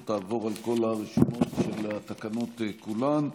אעבור על כל הרשימות של כל התקנות כולן,